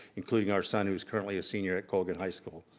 including our son who is currently a senior at colgan high school.